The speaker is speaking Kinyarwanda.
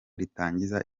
ritangiza